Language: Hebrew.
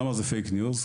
למה זה פייק ניוז?